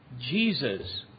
Jesus